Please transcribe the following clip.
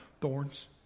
Thorns